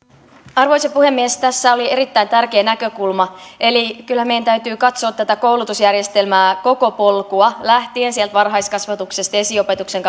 arvoisa puhemies tässä oli erittäin tärkeä näkökulma kyllähän meidän täytyy katsoa tätä koulutusjärjestelmää koko polkua lähtien varhaiskasvatuksesta esiopetuksen